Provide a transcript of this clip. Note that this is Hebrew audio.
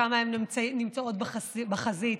כמה הן נמצאות בחזית,